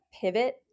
pivot